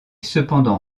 cependant